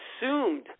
assumed